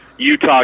Utah